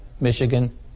Michigan